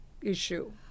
issue